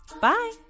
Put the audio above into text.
Bye